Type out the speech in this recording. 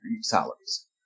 salaries